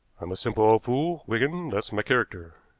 i'm a simple old fool, wigan, that's my character,